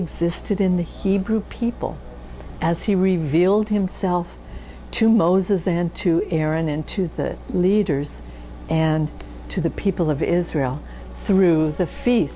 existed in the hebrew people as he revealed himself to moses and to aaron into the leaders and to the people of israel through the fe